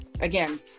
Again